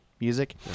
music